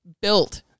built